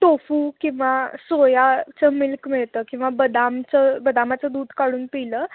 tofu किंवा सोयाचं milk मिळतं किंवा बदामचं बदामाचं दूध काढून पिलं